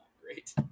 great